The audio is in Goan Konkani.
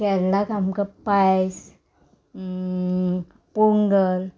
केरलाक आमकां पायस पोंगल